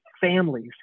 families